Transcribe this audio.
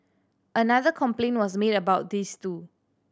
another complaint was made about this too